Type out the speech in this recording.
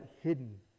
hidden